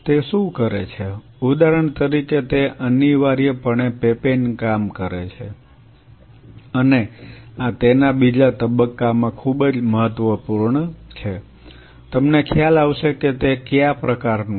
તે શું કરે છે ઉદાહરણ તરીકે તે અનિવાર્યપણે પેપેન કામ કરે છે અને આ તેના બીજા તબક્કામાં ખૂબ જ મહત્વપૂર્ણ છે તમને ખ્યાલ આવશે કે તે ક્યા પ્રકારનો છું